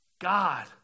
God